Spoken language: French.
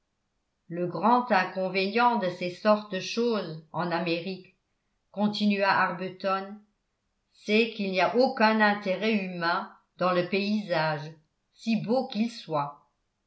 le grand inconvénient de ces sortes de choses en amérique continua arbuton c'est qu'il n'y a aucun intérêt humain dans le paysage si beau qu'il soit